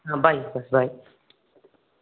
ಹಾಂ bye sir ಬಾಯ್